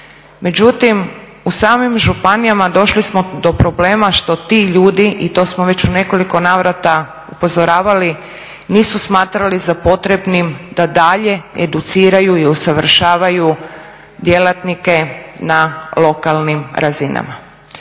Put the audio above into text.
međutim u samim županijama došli smo do problema što ti ljudi i to smo već u nekoliko navrata upozoravali nisu smatrali za potrebnim da dalje educiraju i usavršavaju djelatnike na lokalnim razinama.